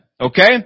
Okay